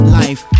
life